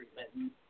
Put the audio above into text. treatment